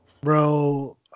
Bro